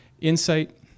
Insight